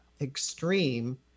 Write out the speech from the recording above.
extreme